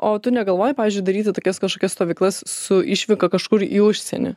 o tu negalvoji pavyzdžiui daryti tokias kažkokias stovyklas su išvyka kažkur į užsienį